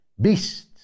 beasts